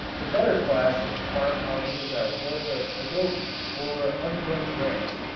the better class of farm-houses are built of adobes, or unburnt bricks,